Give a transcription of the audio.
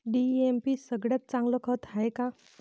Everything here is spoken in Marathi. डी.ए.पी सगळ्यात चांगलं खत हाये का?